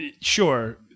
Sure